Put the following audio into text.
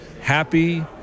happy